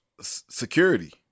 security